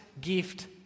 gift